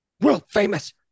world-famous